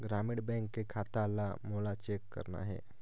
ग्रामीण बैंक के खाता ला मोला चेक करना हे?